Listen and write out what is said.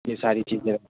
ये सारी चीज़ें है